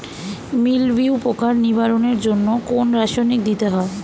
মিলভিউ পোকার নিবারণের জন্য কোন রাসায়নিক দিতে হয়?